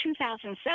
2007